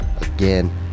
again